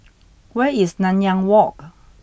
where is Nanyang Walk